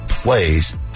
plays